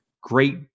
great